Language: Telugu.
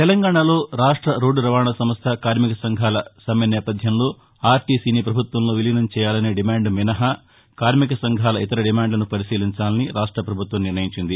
తెలంగాణలో రాష్ట రోడ్లు రవాణా సంస్థ కార్మిక సంఘాల సమ్మె నేపథ్యంలో ఆర్టీసీని పభుత్వంలో విలీనం చేయాలనే డిమాండు మినహా కార్మిక సంఘాల ఇతర డిమాండ్లను పరిశీలించాలని రాష్ట ప్రభుత్వం నిర్ణయించింది